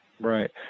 Right